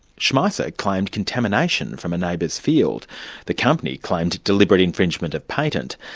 schmeizer claimed contamination from a neighbour's field the company claimed deliberate infringement of patent,